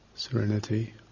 Serenity